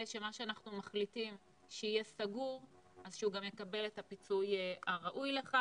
שמה שאנחנו מחליטים שיהיה סגור אז שהוא גם יקבל את הפיצוי הראוי לכך,